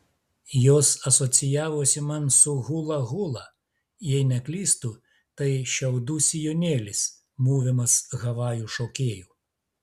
jos asocijavosi man su hula hula jei neklystu tai šiaudų sijonėlis mūvimas havajų šokėjų